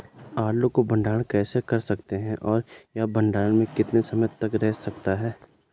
आलू को भंडारण कैसे कर सकते हैं और यह भंडारण में कितने समय तक रह सकता है?